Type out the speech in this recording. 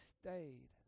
stayed